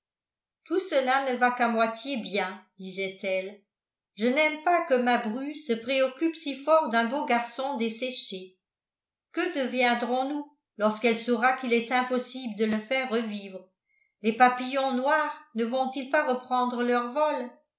tout cela ne va qu'à moitié bien disait-elle je n'aime pas que ma bru se préoccupe si fort d'un beau garçon desséché que deviendrons nous lorsqu'elle saura qu'il est impossible de le faire revivre les papillons noirs ne vont-ils pas reprendre leur vol